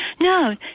No